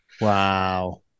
Wow